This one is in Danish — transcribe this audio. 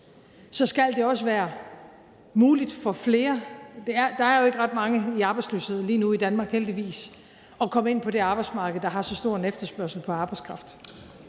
så skal det også være muligt for flere – der er jo ikke ret mange i arbejdsløshed lige nu i Danmark, heldigvis – at komme ind på det arbejdsmarked, der har så stor en efterspørgsel på arbejdskraft.